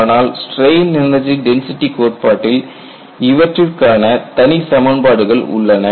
ஆனால் strain energy density கோட்பாட்டில் இவற்றிற்கான தனி சமன்பாடுகள் உள்ளன